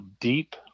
deep